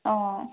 অঁ